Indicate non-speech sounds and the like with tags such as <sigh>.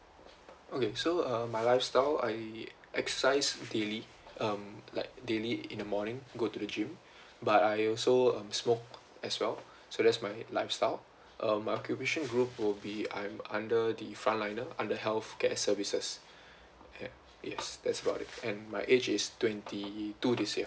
okay so um my lifestyle I exercise daily um like daily in the morning go to the gym <breath> but I also um smoke as well so that is my lifestyle <breath> um my occupation group will be I am under the front liner under healthcare services <breath> yes that's about it and my age is twenty two this year